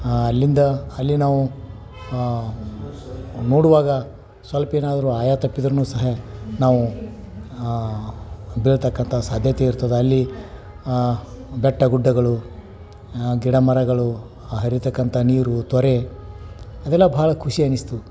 ಅಲ್ಲಿಂದ ಅಲ್ಲಿ ನಾವು ನೋಡುವಾಗ ಸ್ವಲ್ಪ ಏನಾದ್ರೂ ಆಯ ತಪ್ಪಿದ್ರು ಸಹ ನಾವು ಬೀಳತಕ್ಕಂಥ ಸಾಧ್ಯತೆ ಇರ್ತದೆ ಅಲ್ಲಿ ಬೆಟ್ಟ ಗುಡ್ಡಗಳು ಗಿಡಮರಗಳು ಹರಿಯತಕ್ಕಂಥ ನೀರು ತೊರೆ ಅದೆಲ್ಲ ಭಾಳ ಖುಷಿ ಅನ್ನಿಸ್ತು